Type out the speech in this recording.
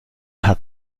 hat